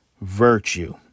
virtue